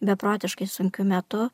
beprotiškai sunkiu metu